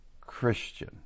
Christian